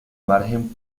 margen